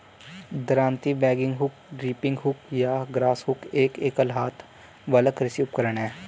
दरांती, bagging hook, reaping hook या grass hook एक एकल हाथ वाला कृषि उपकरण है